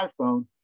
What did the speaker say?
iPhone